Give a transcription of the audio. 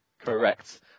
Correct